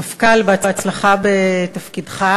המפכ"ל, בהצלחה בתפקידך.